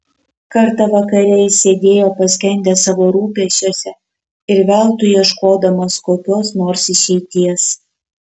kartą vakare jis sėdėjo paskendęs savo rūpesčiuose ir veltui ieškodamas kokios nors išeities